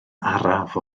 araf